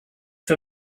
for